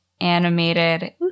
animated